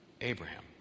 Abraham